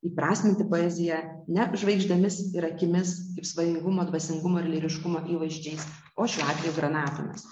įprasminti poeziją ne žvaigždėmis ir akimis kaip svaigumo dvasingumo lyriškumo įvaizdžiais o šiuo atveju granatomis